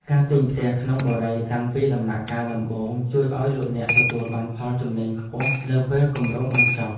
ការទិញផ្ទះក្នុងបុរីតាំងពីដំណាក់កាលដំបូងជួយឱ្យលោកអ្នកទទួលបានផលចំណេញខ្ពស់នៅពេលគម្រោងបញ្ចប់។